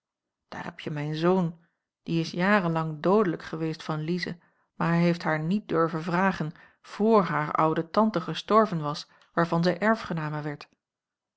daar heb je mijn zoon die is jarenlang doodelijk geweest van lize maar hij heeft haar niet durven vragen vr hare oude tante gestorven was waarvan zij erfgename werd